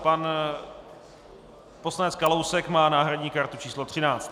Pan poslanec Kalousek má náhradní kartu číslo 13.